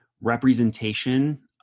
representation